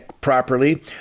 properly